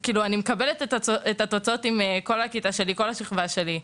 קיבלתי את התוצאות של הבדיקה עם כל השכבה שלי,